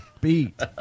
beat